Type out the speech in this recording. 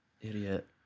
idiot